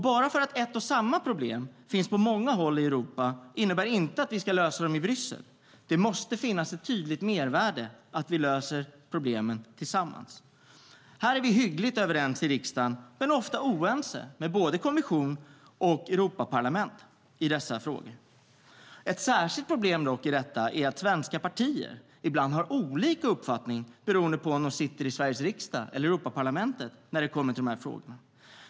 Bara för att ett och samma problem finns på många håll i Europa innebär det inte att vi ska lösa dem i Bryssel. Det måste finnas ett tydligt mervärde i att vi löser problemen tillsammans. I dessa frågor är vi hyggligt överens i riksdagen, men ofta oense med både kommissionen och Europaparlamentet. Ett särskilt problem är att svenska partier ibland har olika uppfattning när det kommer till dessa frågor beroende på om de sitter i Sveriges riksdag eller i Europaparlamentet.